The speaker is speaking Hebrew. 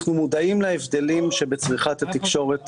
אנחנו מודעים להבדלים שבצריכת התקשורת